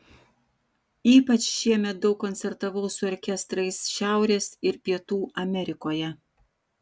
ypač šiemet daug koncertavau su orkestrais šiaurės ir pietų amerikoje